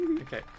Okay